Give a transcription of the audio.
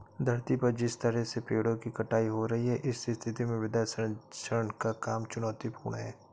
धरती पर जिस तरह से पेड़ों की कटाई हो रही है इस स्थिति में मृदा संरक्षण का काम चुनौतीपूर्ण है